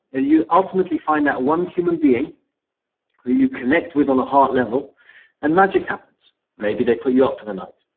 you ultimately find that one human being who you connect with on a heart level and magic happens. maybe they put you up for the night.